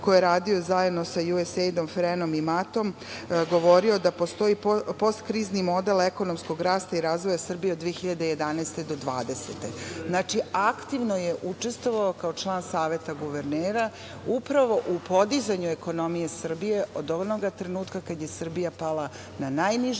koje je radio zajedno sa USAID-om, FREN-om i MAT-om, govorio da postoji postkrizni model ekonomskog rasta i razvoja Srbije od 2011. do 2020. godine. Znači, aktivno je učestvovao kao član Saveta guvernera upravo u podizanju ekonomije Srbije od onoga trenutka kada je Srbija pala na najniže